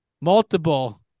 Multiple